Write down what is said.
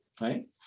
right